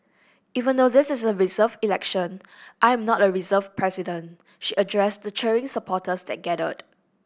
even though this is a reserved election I am not a reserved president she addressed the cheering supporters that gathered